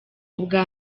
ubwa